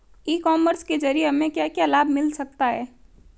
ई commerce के ज़रिए हमें क्या क्या लाभ मिल सकता है?